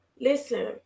Listen